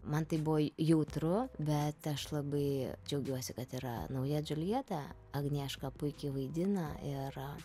man tai buvo jautru bet aš labai džiaugiuosi kad yra nauja džiuljeta agnieška puikiai vaidina ir